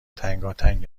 تنگاتنگ